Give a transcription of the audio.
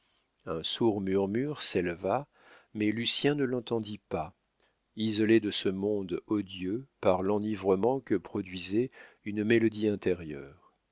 un sourd murmure s'éleva mais lucien ne l'entendit pas isolé de ce monde odieux par l'enivrement que produisait une mélodie intérieure